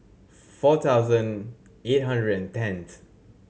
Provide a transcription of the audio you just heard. four thousand eight hundred and tenth